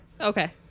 Okay